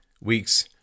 weeks